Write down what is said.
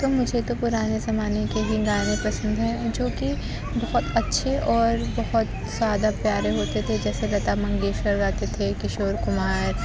تو مجھے تو پرانے زمانے کے ہی گانے پسند ہیں جو کہ بہت اچھے اور بہت زیادہ پیارے ہوتے تھے جیسے لتا منگیشکر گاتے تھے کشور کمار